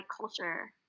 culture